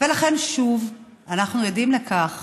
ולכן, שוב אנחנו עדים לכך